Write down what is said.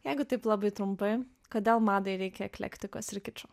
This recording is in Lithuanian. jeigu taip labai trumpai kodėl madai reikia eklektikos ir kičo